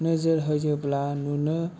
नोजोर होयोब्ला नुनो